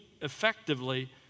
effectively